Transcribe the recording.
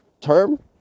term